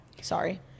Sorry